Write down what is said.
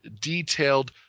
detailed